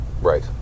Right